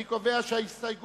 אני קובע שסעיף